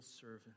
servant